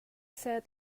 sat